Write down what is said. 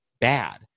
bad